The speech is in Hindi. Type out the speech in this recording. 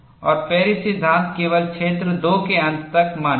और पेरिस सिद्धांत केवल क्षेत्र 2 के अंत तक मान्य है